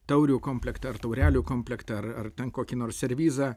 taurių komplektą ar taurelių komplektą ar ar ten kokį nors servizą